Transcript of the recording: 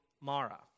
Mara